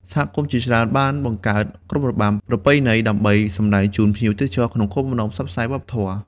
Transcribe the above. សហគមន៍ជាច្រើនបានបង្កើត ក្រុមរបាំ ប្រពៃណីដើម្បីសម្តែងជូនភ្ញៀវទេសចរក្នុងគោលបំណងផ្សព្វផ្សាយវប្បធម៌។